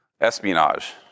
espionage